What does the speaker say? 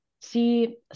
see